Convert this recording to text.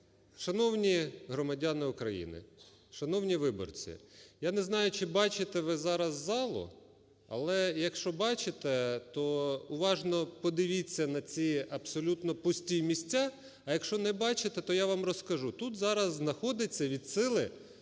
Шановні громадяни України, шановні виборці! Я не знаю, чи бачите ви зараз залу, але, якщо бачите, то уважно подивіться на ці абсолютно пусті місця, а якщо не бачите, то я вам розкажу, тут зараз знаходиться від сили